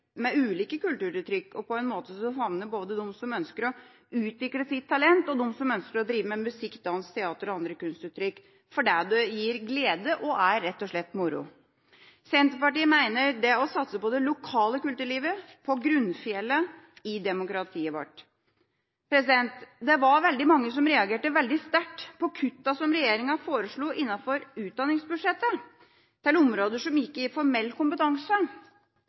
med ulike kulturuttrykk på en måte som favner både dem som ønsker å utvikle sitt talent, og dem som ønsker å drive med musikk, dans, teater og andre kunstuttrykk fordi det gir glede og rett og slett er moro. Senterpartiet mener at det å satse på det lokale kulturlivet er grunnfjellet i demokratiet vårt. Det var veldig mange som reagerte veldig sterkt på kuttene som regjeringa foreslo innenfor utdanningsbudsjettet til områder som angår formell kompetanse.